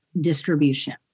distribution